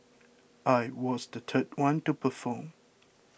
I was the third one to perform